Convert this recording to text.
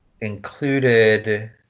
included